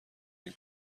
این